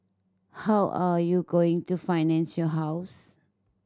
how are you going to finance your house